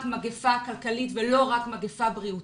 מגיפה כלכלית ולא רק מגיפה בריאותית.